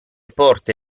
porte